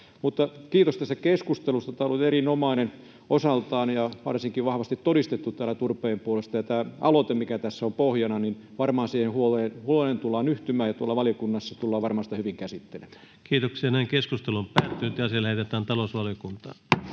Kiitos tästä keskustelusta. Tämä on ollut erinomainen osaltaan, ja varsinkin on vahvasti todistettu täällä turpeen puolesta. Tämän aloitteen, mikä tässä on pohjana, huoleen varmaan tullaan yhtymään, ja tuolla valiokunnassa tullaan varmaan sitä hyvin käsittelemään. Lähetekeskustelua varten esitellään päiväjärjestyksen